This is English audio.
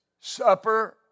Supper